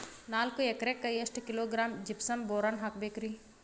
ನಾಲ್ಕು ಎಕರೆಕ್ಕ ಎಷ್ಟು ಕಿಲೋಗ್ರಾಂ ಜಿಪ್ಸಮ್ ಬೋರಾನ್ ಹಾಕಬೇಕು ರಿ?